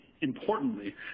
importantly